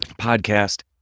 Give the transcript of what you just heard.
podcast